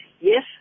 Yes